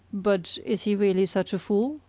but is he really such a fool?